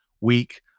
week